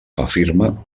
afirma